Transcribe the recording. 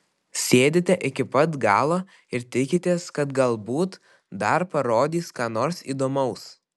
sėdite iki pat galo ir tikitės kad galbūt dar parodys ką nors įdomaus